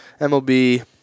MLB